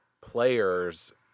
players